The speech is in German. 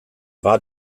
war